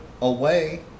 away